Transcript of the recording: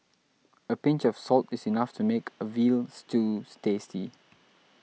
a pinch of salt is enough to make a Veal Stews tasty